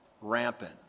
rampant